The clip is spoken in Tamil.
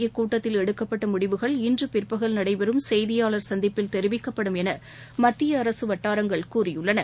இக்கூட்டத்தில் எடுக்கப்பட்ட முடிவுகள் இன்று பிற்பகல் நடைபெறும் செய்தியாளா் சந்திப்பில் தெரிவிக்கப்படும் என மத்திய அரசு வட்டாரங்கள் கூறியுள்ளன